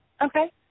Okay